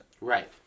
Right